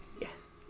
Yes